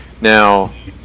Now